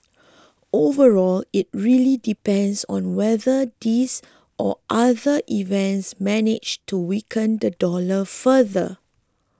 overall it really depends on whether these or other events manage to weaken the dollar further